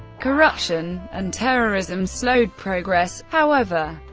corruption, and terrorism slowed progress however,